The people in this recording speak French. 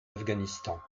afghanistan